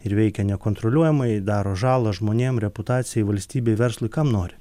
ir veikia nekontroliuojamai daro žalą žmonėm reputacijai valstybei verslui kam nori